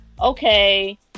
okay